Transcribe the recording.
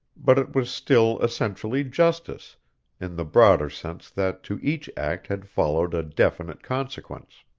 but it was still essentially justice in the broader sense that to each act had followed a definite consequence.